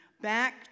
back